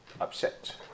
upset